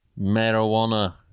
marijuana